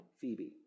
Phoebe